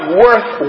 worth